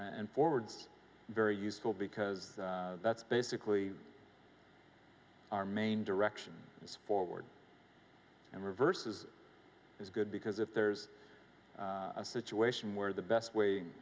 forwards very useful because that's basically our main direction is forward and reverse is is good because if there's a situation where the best way